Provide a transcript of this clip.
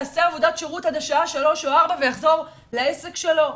יעשה עבודות שירות עד שעה 15:00 או 16:00 ויחזור לעסק שלו,